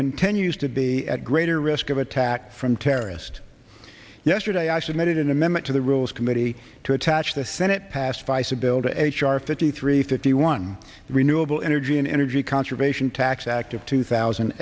continues to be at greater risk of attack from terrorist yesterday i submitted an amendment to the rules committee to attach the senate passed by said bill to h r fifty three fifty one renewable energy and energy conservation tax act of two thousand